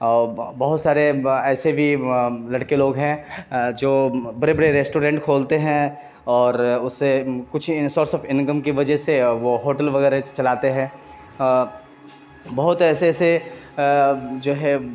اور بہت سارے ایسے بھی لڑکے لوگ ہیں جو بڑے بڑے ریسٹورنٹ کھولتے ہیں اور اس سے کچھ سورس آف انکم کی وجہ سے وہ ہوٹل وغیرہ چلاتے ہیں بہت ایسے ایسے جو ہے